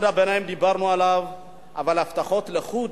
דיברנו על מעמד הביניים, אבל הבטחות לחוד